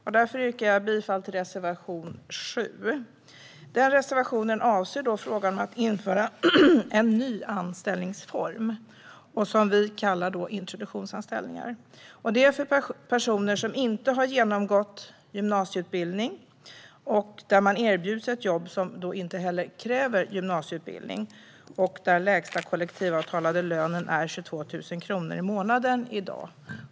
Jag yrkar därför bifall till reservation 7. Reservationen avser frågan om att införa en ny anställningsform som vi alltså kallar introduktionsanställning. Det är för personer som inte har genomgått gymnasieutbildning. Man erbjuds ett jobb som inte kräver gymnasieutbildning och där lägsta kollektivavtalade lönen är 22 000 kronor i månaden i dag.